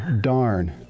darn